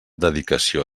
dedicació